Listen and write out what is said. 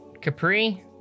Capri